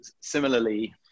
similarly